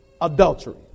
adultery